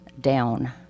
down